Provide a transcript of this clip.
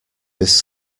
this